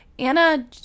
Anna